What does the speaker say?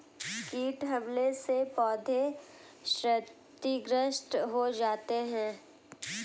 कीट हमले से पौधे क्षतिग्रस्त हो जाते है